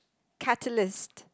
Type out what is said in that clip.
catalyst